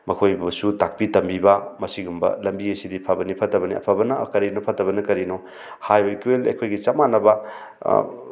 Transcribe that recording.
ꯃꯈꯣꯏꯕꯨꯁꯨ ꯇꯥꯛꯄꯤ ꯇꯝꯕꯤꯕ ꯃꯁꯤꯒꯨꯃꯕ ꯂꯝꯕꯤ ꯑꯁꯤꯗꯤ ꯐꯕꯅꯤ ꯐꯠꯇꯕꯅꯤ ꯑꯐꯕꯅ ꯀꯔꯤꯅꯣ ꯐꯠꯇꯕꯅ ꯀꯔꯤꯅꯣ ꯍꯥꯏꯕ ꯏꯀ꯭ꯋꯦꯜ ꯑꯩꯈꯣꯏꯒꯤ ꯆꯞ ꯃꯥꯟꯅꯕ